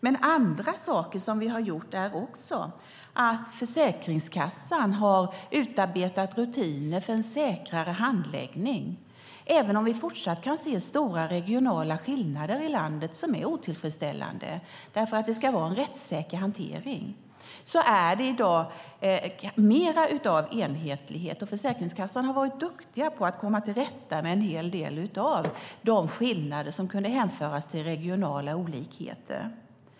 Annat som vi gjort är också att Försäkringskassan har utarbetat rutiner för en säkrare handläggning. Även om vi fortsatt kan se stora regionala skillnader i landet - skillnader som är otillfredsställande eftersom det ska vara en rättssäker hantering - är det i dag mer av enhetlighet. Hos Försäkringskassan har de varit duktiga på att komma till rätta med en hel del av de skillnader som kunnat hänföras till regionala olikheter.